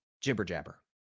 jibber-jabber